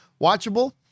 watchable